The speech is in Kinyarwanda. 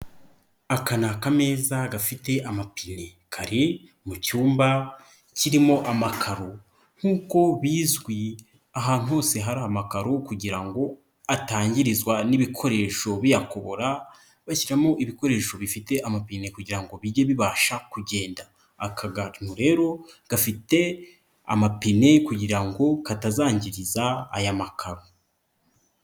Aka ni akameza gafite amapine kari mu cyumba kirimo amakaro nk'uko bizwi ahantu hose hari amakaro kugira ngo atangirizwa n'ibikoresho biyakorobora bashyiramo ibikoresho bifite amapine kugirango bijye bibasha kugenda, aka kantu rero gafite amapine kugira katazangiriza aya makamaro